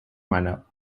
manner